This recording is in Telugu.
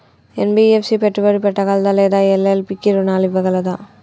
ఎన్.బి.ఎఫ్.సి పెట్టుబడి పెట్టగలదా లేదా ఎల్.ఎల్.పి కి రుణాలు ఇవ్వగలదా?